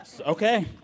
okay